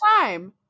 time